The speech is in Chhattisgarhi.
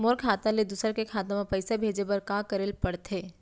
मोर खाता ले दूसर के खाता म पइसा भेजे बर का करेल पढ़थे?